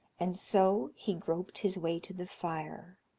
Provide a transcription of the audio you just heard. and so he groped his way to the fire,